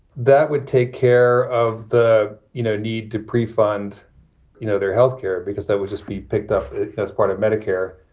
that would take care of the you know need to prefund you know their health care because that would just be picked up as part of medicare,